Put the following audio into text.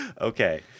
Okay